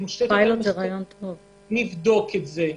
היא מושתתת על --- נבדוק את זה,